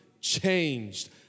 changed